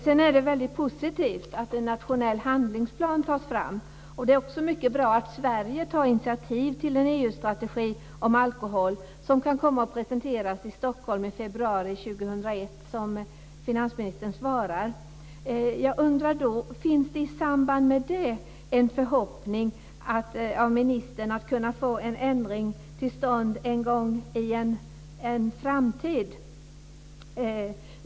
Det är väldigt positivt att en nationell handlingsplan tas fram. Det är också mycket bra att Sverige tar initiativ till en EU-strategi om alkohol som kan komma att presenteras i Stockholm i februari år 2001, som finansministern sade. Finns det i samband med det en förhoppning hos ministern att kunna få en ändring till stånd i en framtid?